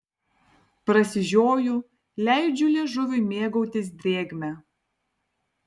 prasižioju leidžiu liežuviui mėgautis drėgme